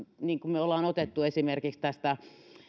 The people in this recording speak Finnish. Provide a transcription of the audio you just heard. niin kuin me olemme ottaneet esimerkiksi tästä